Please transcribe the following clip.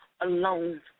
alone